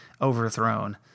overthrown